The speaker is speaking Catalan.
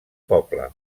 poble